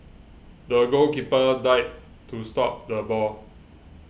the goalkeeper dived to stop the ball